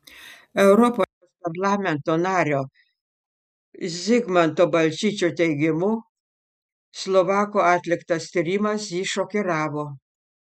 europos parlamento nario zigmanto balčyčio teigimu slovakų atliktas tyrimas jį šokiravo